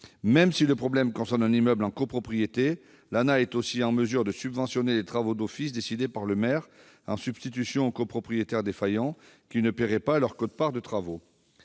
Même si le problème concerne un immeuble en copropriété, l'ANAH est en mesure de subventionner les travaux d'office décidés par le maire en substitution aux copropriétaires défaillants, qui ne paieraient pas leur quote-part de travaux.